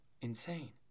insane